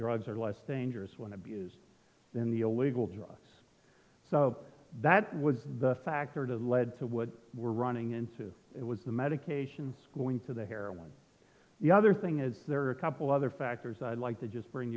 drugs are less dangerous when abused than the oliebol dress so that was the factor to lead to what we're running into it was the medications going to the heroin the other thing is there are a couple other factors i'd like to just bring